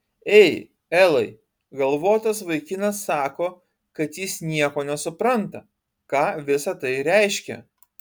ei elai galvotas vaikinas sako kad jis nieko nesupranta ką visa tai reiškia